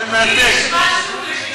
מה עם איזה מוחמד דרוויש?